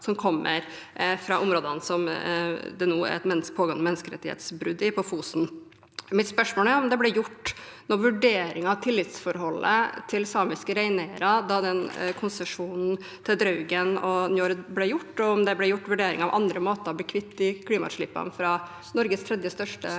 som kommer fra områdene på Fosen der det nå er et pågående menneskerettighetsbrudd. Mitt spørsmål er om det ble gjort noen vurderinger av tillitsforholdet til samiske reineiere da konsesjonen til Draugen og Njord ble gitt, og om det ble gjort vurderinger av andre måter å bli kvitt klimautslippene fra Norges tredje største